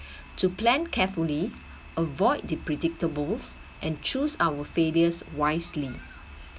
to plan carefully avoid the predictables and choose our failure wisely